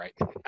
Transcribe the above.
right